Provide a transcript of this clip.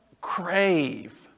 crave